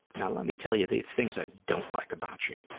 now, let me tell you the things i don't like about you.